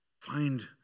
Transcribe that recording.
Find